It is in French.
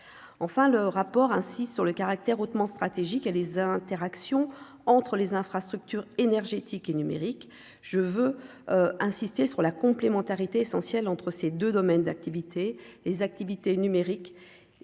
enfin le rapport insiste sur le caractère hautement stratégique et les interactions entre les infrastructures énergétiques et numérique, je veux insister sur la complémentarité essentielle entre ces 2 domaines d'activités : les activités numériques et